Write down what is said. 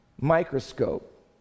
microscope